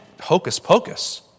hocus-pocus